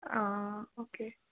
অ' okay